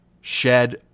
shed